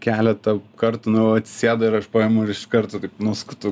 keletą kartų nu jau atsisėdo ir aš paimu ir iš karto taip nuskutu